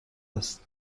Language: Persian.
است